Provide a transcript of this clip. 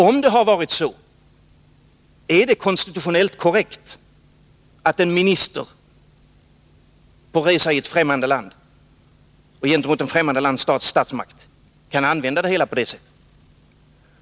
Om så är fallet, är det konstitutionellt korrekt att en minister på resa i ett främmande land och gentemot ett främmande lands statsmakt kan göra på det sättet?